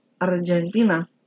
Argentina